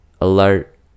alert